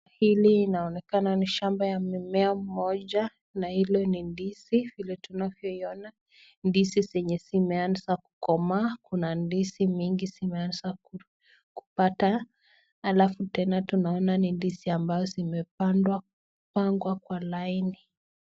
Hili linaonekana ni shamba ya mimea moja na hilo ni ndizi, vile tunavyoiona , ndizi zenye zimeanza kukomaa, kuna ndizi mingi zimeanza kupata alafu tena tunaona ni ndizi ambayo zimepandwa, pangwa kwa laini.